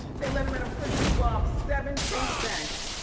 they let him outta prison. he robbed seven chase banks,